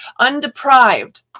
Undeprived